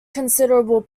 considerable